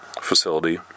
facility